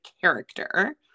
character